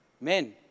Men